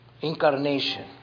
Incarnation